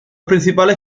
principales